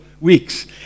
weeks